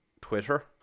Twitter